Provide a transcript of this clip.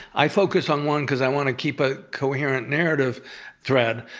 i focus on one because i want to keep a coherent narrative thread,